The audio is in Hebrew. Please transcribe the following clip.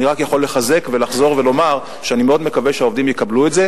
אני רק יכול לחזק ולחזור ולומר שאני מאוד מקווה שהעובדים יקבלו את זה.